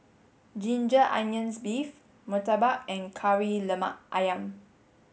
ginger onions beef Murtabak and Kari Lemak Ayam